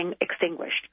extinguished